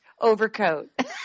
overcoat